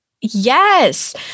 yes